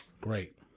Great